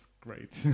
great